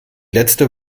letzte